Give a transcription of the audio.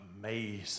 amazing